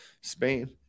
Spain